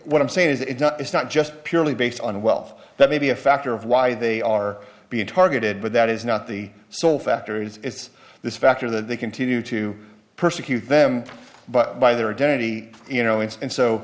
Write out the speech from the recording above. what i'm saying is that it's not just purely based on wealth that may be a factor of why they are being targeted but that is not the sole factor it's this factor that they continue to persecute them but by their identity you know it's and so